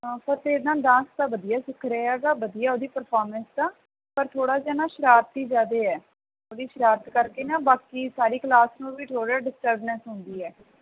ਫਤਿਹ ਨਾ ਡਾਂਸ ਤਾਂ ਵਧੀਆ ਸਿੱਖ ਰਿਹਾ ਹੈਗਾ ਵਧੀਆ ਉਹਦੀ ਪਰਫੋਰਮੈਂਸ ਆ ਪਰ ਥੋੜ੍ਹਾ ਜਿਹਾ ਨਾ ਸ਼ਰਾਰਤੀ ਜ਼ਿਆਦਾ ਹੈ ਉਹਦੀ ਸ਼ਰਾਰਤ ਕਰਕੇ ਨਾ ਬਾਕੀ ਸਾਰੀ ਕਲਾਸ ਨੂੰ ਵੀ ਥੋੜ੍ਹਾ ਡਿਸਟਰਬੈਂਸ ਹੁੰਦੀ ਹੈ